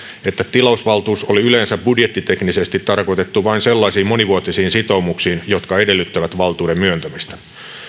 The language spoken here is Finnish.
että tilausvaltuus oli yleensä budjettiteknisesti tarkoitettu vain sellaisiin monivuotisiin sitoumuksiin jotka edellyttävät valtuuden myöntämistä